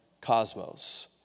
cosmos